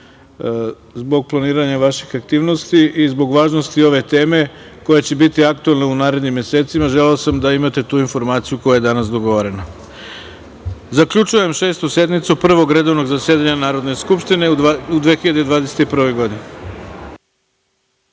planiranja vaših aktivnosti i zbog važnosti ove teme, koja će biti aktuelna u narednim mesecima, želeo sam da imate tu informaciju koja je danas dogovorena. Zaključujem Šestu sednicu Prvog redovnog zasedanja Narodne skupštine u 2021. godini.